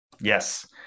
Yes